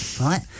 right